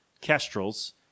Kestrels